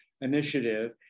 initiative